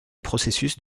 processus